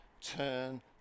turn